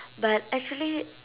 but actually